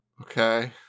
Okay